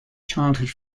childhood